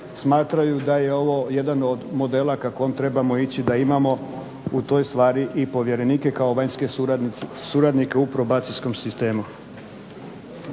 smatraju da je ovo jedan od modela kako trebamo ići da imamo u toj stvari i povjerenike kao vanjske suradnike u probacijskom sistemu.